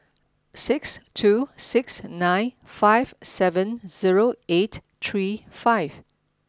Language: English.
six two six nine five seven zero eight three five